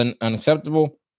unacceptable